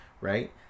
right